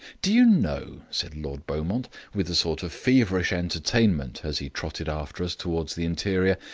do you know, said lord beaumont, with a sort of feverish entertainment, as he trotted after us towards the interior,